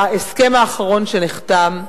ההסכם האחרון שנחתם,